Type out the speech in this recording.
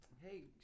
Hey